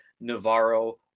Navarro